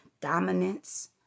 Dominance